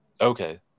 Okay